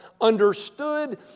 understood